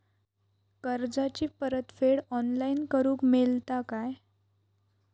कर्जाची परत फेड ऑनलाइन करूक मेलता काय?